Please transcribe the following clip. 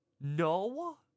No